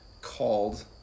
called